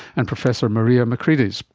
and professor maria makrides.